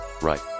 right